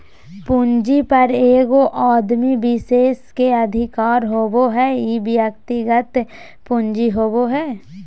पूंजी पर एगो आदमी विशेष के अधिकार होबो हइ उ व्यक्तिगत पूंजी होबो हइ